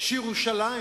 שירושלים